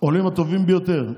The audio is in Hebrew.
עולים הטובים ביותר.